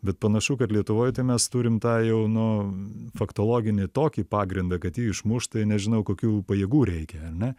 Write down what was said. bet panašu kad lietuvoj tai mes turim tą jau nu faktologinį tokį pagrindą kad jį išmušt tai nežinau kokių pajėgų reikia ar ne